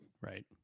right